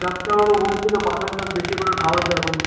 ডাক্তারবাবু বলছিল পালং শাক বেশী করে খাওয়াতে এখন